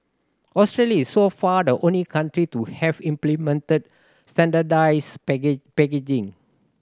Australia is so far the only country to have implemented standardised packaging